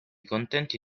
contenti